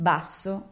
Basso